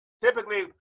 Typically